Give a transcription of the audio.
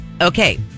Okay